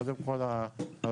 קודם כל,